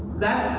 that,